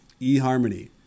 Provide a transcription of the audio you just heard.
eHarmony